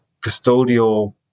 custodial